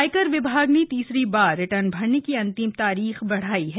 आयकर विभाग ने तीसरी बार रिटर्न भरने की अंतिम तारीख बढ़ाई है